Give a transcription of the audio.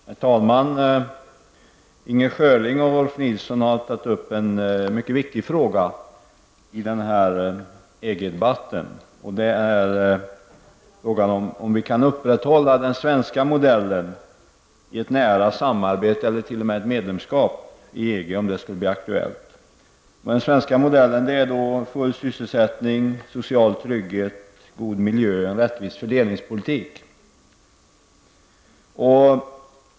Herr talman! Inger Schörling och Rolf L Nilsson har tagit upp en mycket viktig fråga i den här EG debatten. Det är frågan om vi kan upprätthålla den svenska modellen i ett nära samarbete med EG eller i ett medlemskap, om det skulle bli aktuellt. Den svenska modellen är full sysselsättning, social trygghet, god miljö och en rättvis fördelningspolitik.